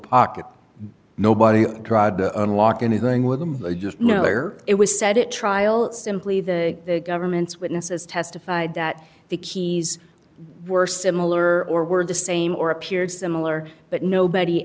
pocket nobody tried to unlock anything with them they just know where it was said it trial simply the government's witnesses testified that the keys were similar or were the same or appeared similar but nobody